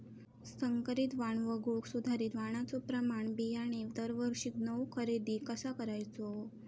संकरित वाण वगळुक सुधारित वाणाचो प्रमाण बियाणे दरवर्षीक नवो खरेदी कसा करायचो?